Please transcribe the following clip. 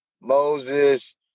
Moses